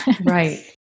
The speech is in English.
Right